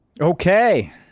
Okay